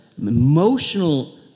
emotional